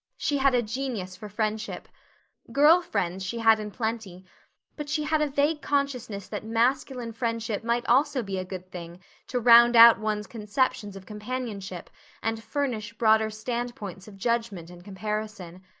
she had a genius for friendship girl friends she had in plenty but she had a vague consciousness that masculine friendship might also be a good thing to round out one's conceptions of companionship and furnish broader standpoints of judgment and comparison.